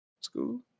school